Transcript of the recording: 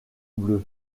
bleue